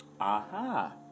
Aha